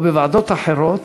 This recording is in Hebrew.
או בוועדות אחרות,